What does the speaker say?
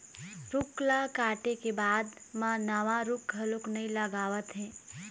रूख ल काटे के बाद म नवा रूख घलोक नइ लगावत हे